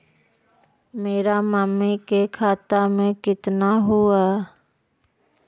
मेरा मामी के खाता में कितना हूउ?